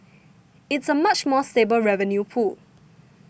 it's a much more stable revenue pool